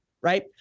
right